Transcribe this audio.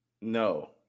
No